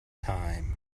time